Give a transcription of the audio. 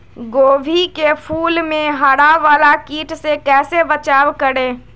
गोभी के फूल मे हरा वाला कीट से कैसे बचाब करें?